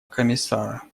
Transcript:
комиссара